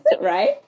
right